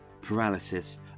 paralysis